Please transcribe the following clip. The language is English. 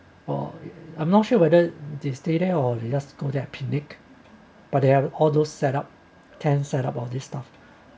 or I'm not sure whether they stay there or you just go there picnic but there are all those set up tents set up all this stuff